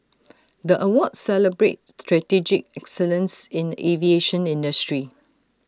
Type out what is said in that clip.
the awards celebrate strategic excellence in the aviation industry